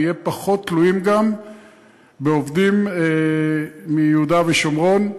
וגם נהיה פחות תלויים בעובדים מיהודה ושומרון,